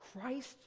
Christ